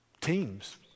teams